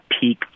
peak